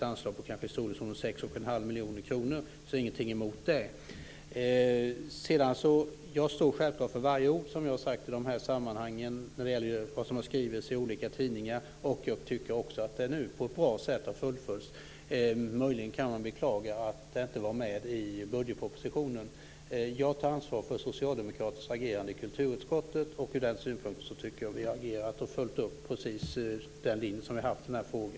Jag står självklart för varje ord som jag har sagt i dessa sammanhang och för vad som har skrivits i olika tidningar. Jag tycker också att det har fullföljts på ett bra sätt. Möjligen kan man beklaga att det inte var med i budgetpropositionen. Jag tar ansvar för Socialdemokraternas agerande i kulturutskottet. Ur den synpunkten tycker jag att vi har agerat riktigt och följt den linje som vi har haft i denna fråga.